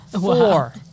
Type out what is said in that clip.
Four